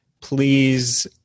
please